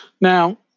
Now